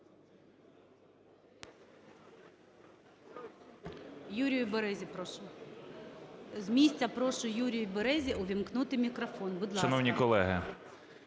Юрію Березі, прошу. З місця прошу Юрію Березі увімкнути мікрофон. Будь ласка.